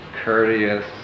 courteous